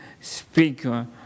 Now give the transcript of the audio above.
speaker